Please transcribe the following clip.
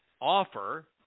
offer